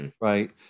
Right